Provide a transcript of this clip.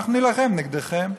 אנחנו נילחם נגדכם.